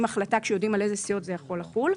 החלטה כשיודעים על איזה סיעות זה יכול לחול.